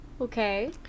Okay